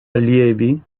allievi